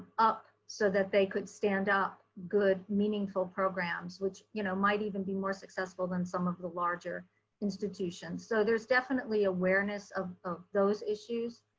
up, so they could stand up good, meaningful programs, which you know might even be more successful than some of the larger institutions. so there's definitely awareness of of those issues.